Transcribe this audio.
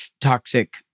toxic